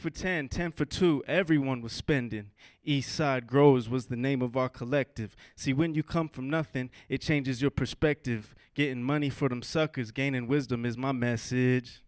dollars foot two everyone was spending east side grows was the name of our collective see when you come from nothing it changes your perspective getting money for them suckers again and wisdom is my message